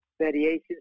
variations